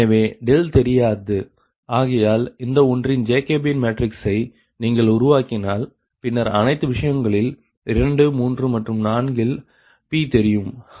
எனவே தெரியாது ஆகையால் இந்த ஒன்றின் ஜேகோபியன் மேட்ரிக்ஸை நீங்கள் உருவாக்கினால் பின்னர் அனைத்து விஷயங்களில் 2 3 மற்றும் 4 இல் Pதெரியும் அதாவது P2 P3 P4இந்த கலப்பு மேட்ரிக்ஸை நீங்கள் பன்முறை பார்க்க வேண்டும்